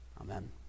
Amen